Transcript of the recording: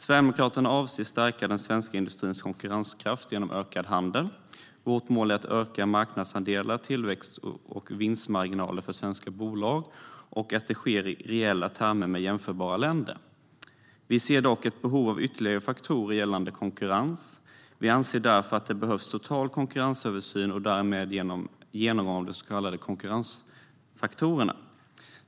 Sverigedemokraterna avser att stärka den svenska industrins konkurrenskraft genom en ökad handel. Vårt mål är att öka marknadsandelar, tillväxt och vinstmarginaler för svenska bolag och att detta sker i reella termer med jämförbara länder. Vi ser dock ett behov av ytterligare faktorer gällande konkurrens. Vi anser därför att det behövs en total konkurrensöversyn och därmed en genomgång av de så kallade konkurrensfaktorerna.